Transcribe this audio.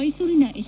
ಮೈಸೂರಿನ ಎಚ್